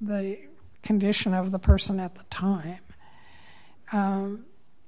the condition of the person at the time